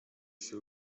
się